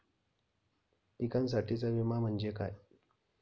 पिकांसाठीचा विमा म्हणजे काय?